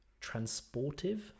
transportive